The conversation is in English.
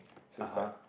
(uh huh)